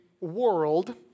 world